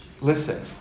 Listen